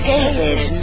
David